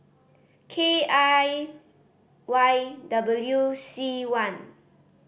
K I Y W C one